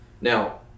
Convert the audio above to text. Now